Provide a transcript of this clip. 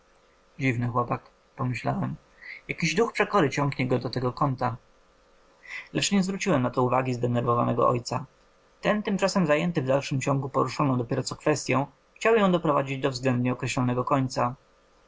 dziwny chłopak pomyślałem jakiś duch przekory ciągnie go do tego kąta lecz nie zwróciłem na to uwagi zdenerwowanego ojca ten tymczasem zajęty w dalszym ciągu poruszoną dopiero co kwestyą chciał ją doprowadzić do względnie określonego końca